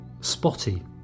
Spotty